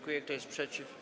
Kto jest przeciw?